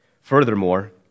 Furthermore